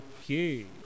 Okay